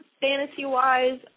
fantasy-wise